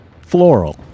Floral